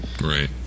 right